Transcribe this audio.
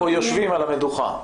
או יושבים על המדוכה?